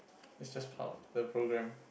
is just part of the program